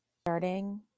Starting